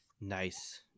nice